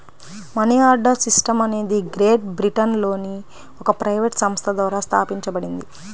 money order system అనేది great బ్రిటన్లోని ఒక ప్రైవేట్ సంస్థ ద్వారా స్థాపించబడింది